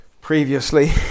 previously